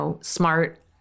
smart